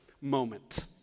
moment